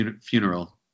funeral